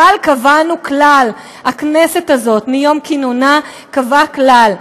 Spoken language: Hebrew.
אבל קבענו כלל, הכנסת הזאת מיום כינונה קבעה כלל: